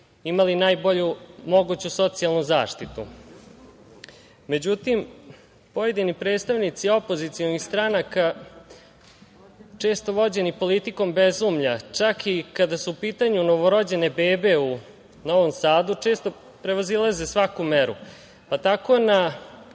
imali najbolju moguću socijalnu zaštitu.Međutim, pojedini predstavnici opozicionih stranaka, često vođeni politikom bezumlja, čak i kada su u pitanju novorođene bebe u Novom Sadu, često prevazilaze svaku meru. Pa tako na